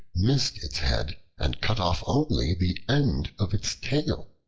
missed its head and cut off only the end of its tail.